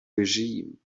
regime